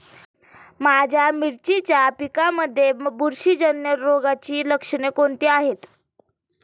माझ्या मिरचीच्या पिकांमध्ये बुरशीजन्य रोगाची लक्षणे कोणती आहेत?